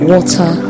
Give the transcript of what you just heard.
Water